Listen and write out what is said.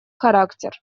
характер